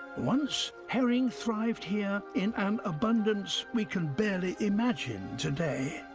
once, herring thrived here in an abundance we can barely imagine today.